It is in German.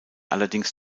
allerdings